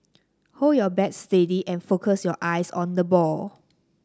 hold your bat steady and focus your eyes on the ball